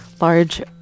large